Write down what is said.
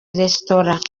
restaurant